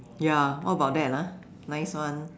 ya all about that lah nice one